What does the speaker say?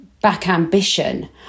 back-ambition